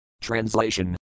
Translation